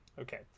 Okay